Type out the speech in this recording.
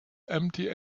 empty